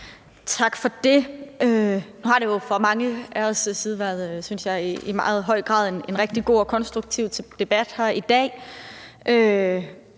Tak for det. Nu har det for mange af os, tror jeg, i meget høj grad været en rigtig god og konstruktiv debat, vi har